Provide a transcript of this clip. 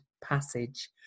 passage